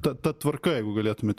ta ta tvarka jeigu galėtumėt